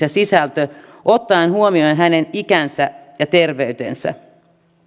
ja sisältö ottaen huomioon hänen ikänsä ja terveytensä